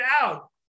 out